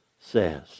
says